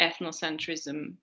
ethnocentrism